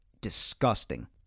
disgusting